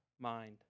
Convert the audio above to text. mind